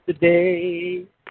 today